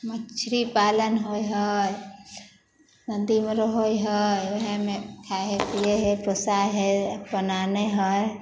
मछरी पालन होइ हइ नदीमे रहै हइ वएहमे खाइ हइ पिए हइ पोसाए हइ अपन आनै हय